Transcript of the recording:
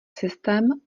systém